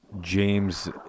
James